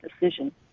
decision